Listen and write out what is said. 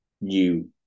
new